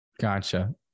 Gotcha